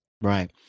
Right